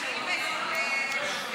שלא יקרה שיגידו שאין הצבעות על חוקים.